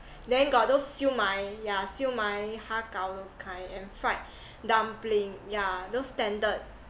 then got those siew mai yeah siew mai har kow those kind and fried dumpling yeah those standard